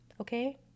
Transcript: Okay